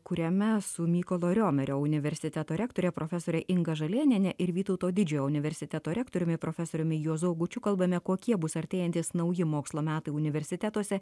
kuriame su mykolo riomerio universiteto rektorė profesorė inga žalėniene ir vytauto didžiojo universiteto rektoriumi profesoriumi juozu augučiu kalbame kokie bus artėjantys nauji mokslo metai universitetuose